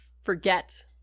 forget